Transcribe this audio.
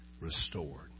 restored